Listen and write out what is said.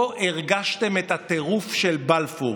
פה הרגשתם את הטירוף של בלפור.